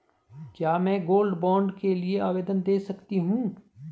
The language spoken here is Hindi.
क्या मैं गोल्ड बॉन्ड के लिए आवेदन दे सकती हूँ?